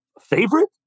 favorite